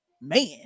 Man